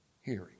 hearing